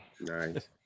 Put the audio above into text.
Nice